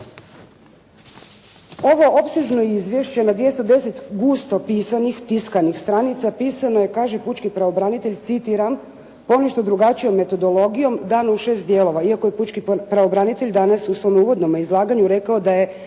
Ovo opsežno izvješće na 210 gusto pisanih, tiskanih stranica pisano je kaže pučki pravobranitelj citiram: «ponešto drugačijom metodologijom dano u 6 dijelova». Iako je pučki pravobranitelj danas u svom uvodnome izlaganju rekao da je